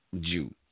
Jew